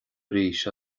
arís